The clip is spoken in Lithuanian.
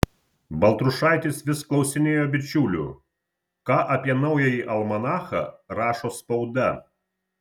baltrušaitis vis klausinėjo bičiulių ką apie naująjį almanachą rašo spauda